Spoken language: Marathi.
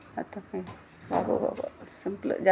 आता काय बाबा बाबा हो संपलं जा